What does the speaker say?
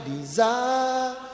desire